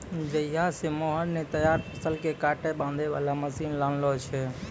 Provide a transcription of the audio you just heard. जहिया स मोहन नॅ तैयार फसल कॅ काटै बांधै वाला मशीन लानलो छै